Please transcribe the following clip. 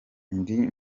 ndi